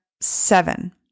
seven